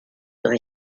rue